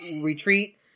Retreat